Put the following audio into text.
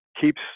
keeps